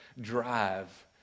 drive